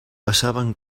passaven